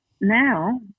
now